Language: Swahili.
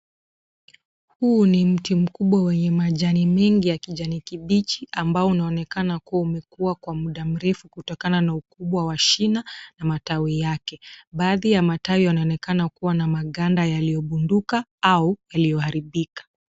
Huu ni mti mkubwa wenye majani mengi ya kijani kibichi, ambao unaoonekana kuwa umekua kwa muda mrefu kutokana na ukubwa wa shina na matawi yake. Baadhi ya matawi yanaonekana kuwa na maganda yaliyoanguka au yaliharibika.